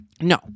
No